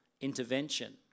intervention